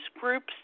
groups